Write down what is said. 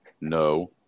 no